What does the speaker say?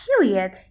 period